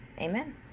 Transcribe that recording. Amen